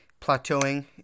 plateauing